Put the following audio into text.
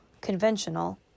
conventional